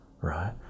right